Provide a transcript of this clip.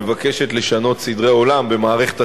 מבקשת לשנות סדרי עולם במערכת החינוך,